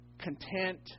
content